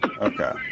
Okay